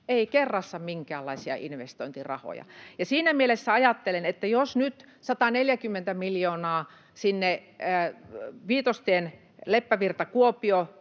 ei kerrassaan minkäänlaisia investointirahoja. Siinä mielessä, jos nyt ne 140 miljoonaa sinne Viitostien Leppävirta—Kuopio-välille